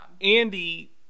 Andy